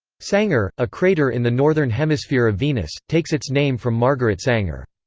sanger, a crater in the northern hemisphere of venus, takes its name from margaret sanger.